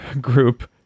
group